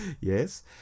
yes